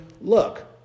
look